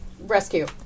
rescue